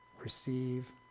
receive